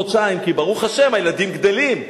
חודשיים, כי ברוך השם הילדים גדלים.